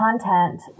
Content